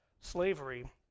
slavery